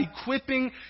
equipping